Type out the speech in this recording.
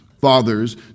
Fathers